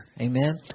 Amen